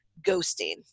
ghosting